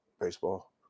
baseball